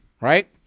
right